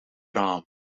raam